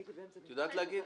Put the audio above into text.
את יודעת להגיד?